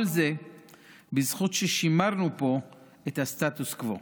כל זה בזכות זה ששימרנו פה את הסטטוס קוו.